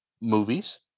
movies